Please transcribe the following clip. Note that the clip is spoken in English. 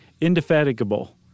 Indefatigable